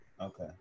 okay